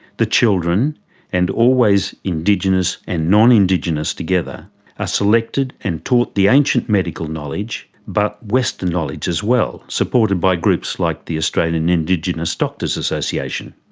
the children and always indigenous and non-indigenous together are selected and taught the ancient medical knowledge, but western knowledge as well, supported by groups like the australian indigenous doctors association.